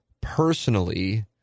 personally